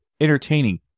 entertaining